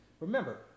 Remember